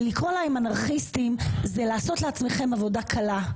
ולקרוא להם אנרכיסטים זה לעשות לעצמכם עבודה קלה.